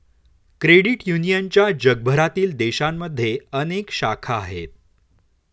credit युनियनच्या जगभरातील देशांमध्ये अनेक शाखा आहेत